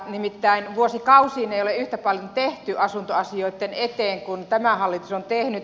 nimittäin vuosikausiin ei ole yhtä paljon tehty asuntoasioitten eteen kuin tämä hallitus on tehnyt